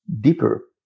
deeper